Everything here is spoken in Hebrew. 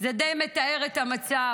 זה די מתאר את המצב.